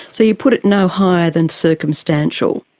so you put it no higher than circumstantial?